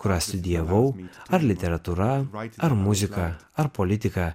kurią studijavau ar literatūra ar muzika ar politika